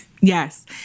Yes